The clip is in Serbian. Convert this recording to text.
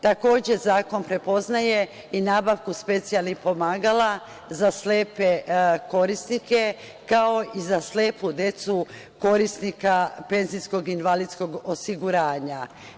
Takođe, zakon prepoznaje i nabavku specijalnih pomagala za slepe korisnike, kao i za slepu decu korisnika penzijskog invalidskog osiguranja.